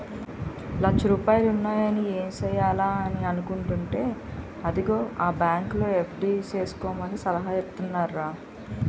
లచ్చ రూపాయలున్నాయి ఏం సెయ్యాలా అని అనుకుంటేంటే అదిగో ఆ బాంకులో ఎఫ్.డి సేసుకోమని సలహా ఇత్తన్నారు